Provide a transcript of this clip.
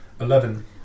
Eleven